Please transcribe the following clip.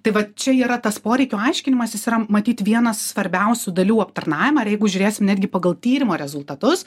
tai va čia yra tas poreikių aiškinimas jis yra matyt vienas svarbiausių dalių aptarnavime ir jeigu žiūrėsim netgi pagal tyrimo rezultatus